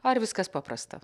ar viskas paprasta